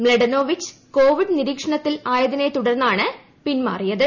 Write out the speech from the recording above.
Mladenovic Covid നിരീക്ഷണത്തിൽ ആയതിനെ തുടർന്നാണ് പിൻമാറ്റം